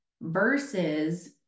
Versus